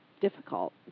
difficult